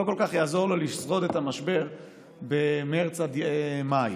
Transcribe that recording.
כל כך יעזור לו לשרוד במשבר במרץ עד מאי.